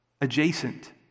adjacent